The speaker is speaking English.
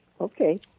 okay